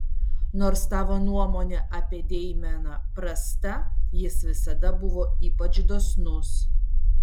nors tavo nuomonė apie deimeną prasta jis visada buvo ypač dosnus